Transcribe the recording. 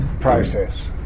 process